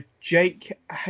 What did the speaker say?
jake